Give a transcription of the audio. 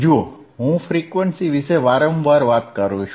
જુઓ હું ફ્રીક્વન્સી વિશે વારંવાર વાત કરું છું